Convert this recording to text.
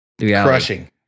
Crushing